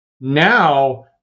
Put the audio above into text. now